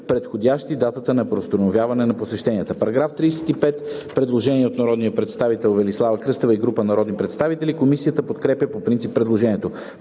предхождащи датата на преустановяване на посещенията.“ По § 35 има предложение от народния представител Велислава Кръстева и група народни представители. Комисията подкрепя по принцип предложението.